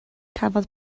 cafodd